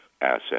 asset